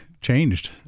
changed